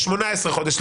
ל-18 חודשים.